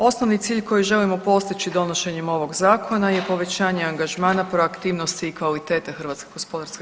Osnovni cilj koji želimo postići donošenjem ovog zakona je povećanje angažmana proaktivnosti i kvalitete HGK.